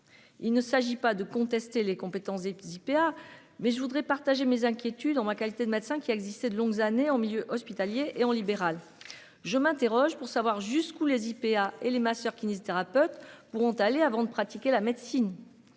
Il ne s'agit pas de contester les compétences et IPA. Mais je voudrais partager mes inquiétudes en ma qualité de médecin qui existé de longues années en milieu hospitalier et en libéral. Je m'interroge pour savoir jusqu'où les IPA et les masseurs kinésithérapeutes pourront aller avant de pratiquer la médecine.